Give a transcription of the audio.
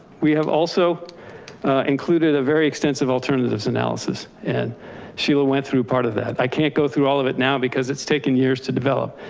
we have also included a very extensive alternatives analysis and sheila went through part of that. i can't go through all of it now because it's taken years to develop.